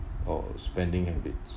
or spending habits